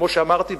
כמו שאמרתי,